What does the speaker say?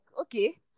okay